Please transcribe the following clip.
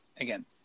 again